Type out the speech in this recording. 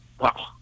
Wow